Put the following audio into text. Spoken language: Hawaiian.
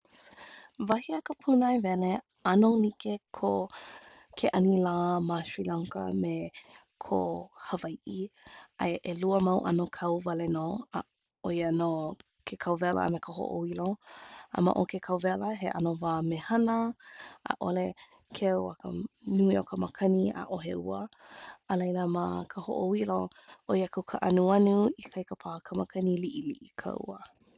Wahi a ka pūnaewele, ʻano like ke ʻanilā ma Sri Lanka me kō Hawaiʻi. Aia ʻelua mau ʻano kau wale nō, a ʻo ia nō ke kauwela a me ka hoʻoilo. A ma o ke kauwela he ʻano wā mehana, ʻaʻole keu a ka nui o ka makani, ʻaʻohe ua. Akā ma ka hoʻoilo ʻoi aku ka anuanu, ikaika ka makani, liʻiliʻi ka ua.